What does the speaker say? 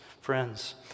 Friends